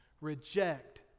reject